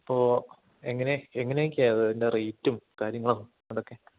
അപ്പോൾ എങ്ങനെ എങ്ങനെയൊക്കെയാ അതിറ്റെ റേയ്റ്റും കാര്യങ്ങളും അതൊക്കെ